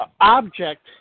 object